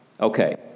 Okay